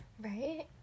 Right